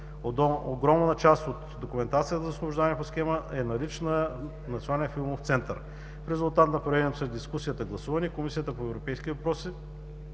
Огромна част от документацията за освобождаване по схема е налична в Националния филмов център. В резултат на проведеното след дискусията гласуване, Комисията по европейските въпроси